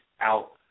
out